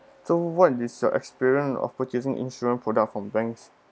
so what is your experience of purchasing insurance product from banks